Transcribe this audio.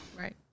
Right